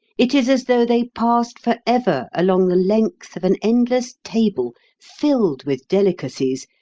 it is as though they passed for ever along the length of an endless table filled with delicacies,